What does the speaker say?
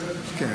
כן,